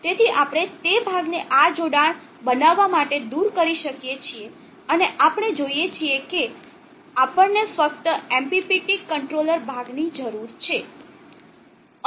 તેથી આપણે તે ભાગને આ જોડાણ બનાવવા માટે દૂર કરી શકીએ છીએ અને આપણે જોઈએ છીએ કે આપણને ફક્ત MPPT કંટ્રોલર ભાગની જરૂર છે